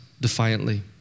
defiantly